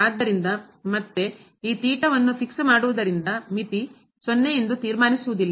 ಆದ್ದರಿಂದ ಮತ್ತೆ ಈ ವನ್ನು ಫಿಕ್ಸ್ ಮಾಡುವುದರಿಂದ ಮಿತಿ 0 ಎಂದು ತೀರ್ಮಾನಿಸುವುದಿಲ್ಲ